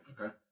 okay